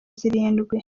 zirindwi